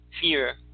fear